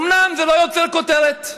אומנם זה לא יוצר כותרת,